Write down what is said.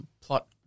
plot